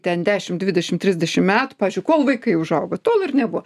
ten dešim dvidešim trisdešim metų pavyzdžiui kol vaikai užaugo tol ir nebuvo